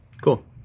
Cool